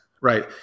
right